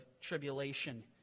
tribulation